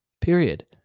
period